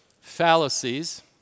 fallacies